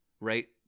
right